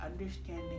understanding